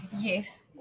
Yes